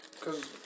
Cause